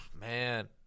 Man